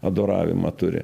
adoravimą turi